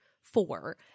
four